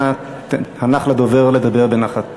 אנא הנח לדובר לדבר בנחת.